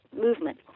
movement